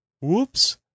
Whoops